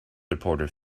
reporter